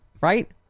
Right